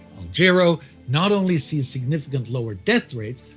alghero not only sees significantly lower death rates,